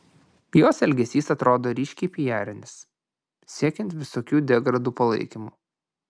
jos elgesys atrodo ryškiai pijarinis siekiant visokių degradų palaikymo